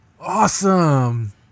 Awesome